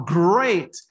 great